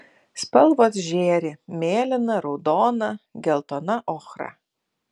spalvos žėri mėlyna raudona geltona ochra